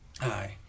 Aye